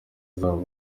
zabo